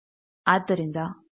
ಆದ್ದರಿಂದ ಈ ದೋಷಗಳು ಗಮನಾರ್ಹವಾಗುತ್ತವೆ